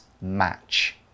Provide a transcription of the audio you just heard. match